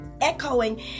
echoing